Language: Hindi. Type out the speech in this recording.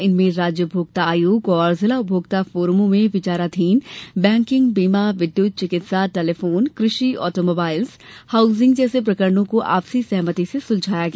इनमें राज्य उपभोक्ता आयोग और जिला उपभोक्ता फोरमों में विचाराधीन बैंकिंग बीमा विद्युत चिकित्सा टेलीफोन कृषि आटोमोबाइल्स हाउसिंग जैसे प्रकरणों को आपसी सहमति से सुलझाया गया